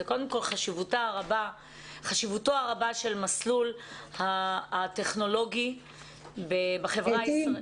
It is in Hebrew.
זה קודם כל חשיבותו הרבה של המסלול הטכנולוגי בחברה הישראלית.